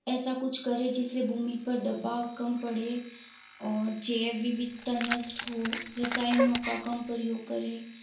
ऐसा कुछ करें जिससे भूमि पर दवाब कम पड़े और जैव विविधता नष्ट हो रसायनों का कम प्रयोग करें